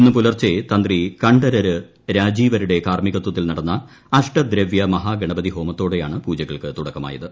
ഇന്ന് പുലർച്ചെ തന്ത്രി കണ്ഠരര് രാജീവരൂട്ടെ കാർമ്മികത്വത്തിൽ നടന്ന അഷ്ടദ്രവ്യ മഹാഗണപതി ഹ്യോമത്തൊടെയാണ് പൂജകൾക്ക് തുടക്കമായത്